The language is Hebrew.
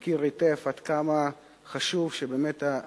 הוא מכיר היטב עד כמה חשוב שהמדינה,